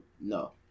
No